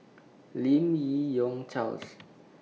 Lim Yi Yong Charles